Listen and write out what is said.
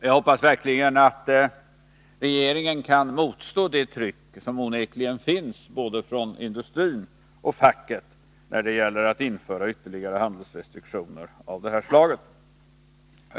Jag hoppas verkligen att regeringen kan motstå det tryck som ju onekligen finns från både industrin och facket när det gäller att införa ytterligare handelsrestriktioner av det här slaget.